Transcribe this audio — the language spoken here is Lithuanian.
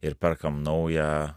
ir perkam naują